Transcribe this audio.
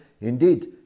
Indeed